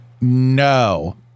No